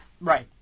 Right